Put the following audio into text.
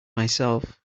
myself